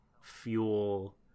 fuel